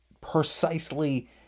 precisely